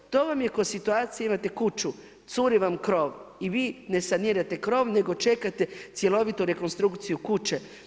To vam je kao situacija imate kuću, curi vam krov i vi ne sanirate krov nego čekate cjelovitu rekonstrukciju kuće.